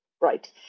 Right